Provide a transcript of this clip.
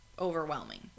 overwhelming